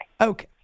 Okay